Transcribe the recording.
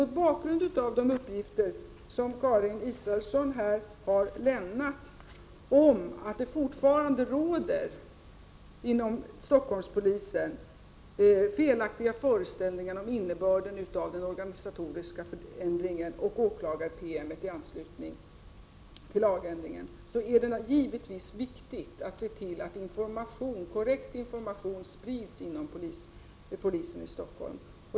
Mot bakgrund av de uppgifter som Karin Israelsson här har lämnat om att det inom Stockholmspolisen fortfarande råder felaktiga föreställningar om innebörden av den organisatoriska förändringen och denna åklagar-PM i anslutning till lagändringen, är det givetvis viktigt att se till att korrekt information sprids inom polisen i Stockholm.